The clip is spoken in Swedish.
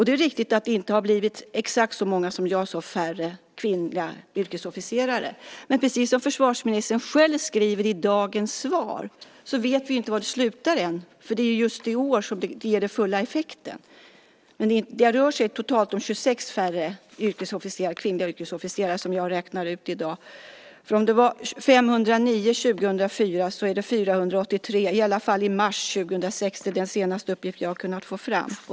Det är riktigt att det inte har blivit exakt så många färre kvinnliga yrkesofficerare som jag sade, men precis som försvarsministern själv skriver i dagens svar vet vi inte var det slutar än. Det är ju i år som vi ser den fulla effekten. Det rör sig totalt om 26 kvinnliga yrkesofficerare som jag räknade uti dag. Från att ha varit 509 år 2004 var det 483 i mars 2006. Det är den senaste uppgift jag har kunnat få fram.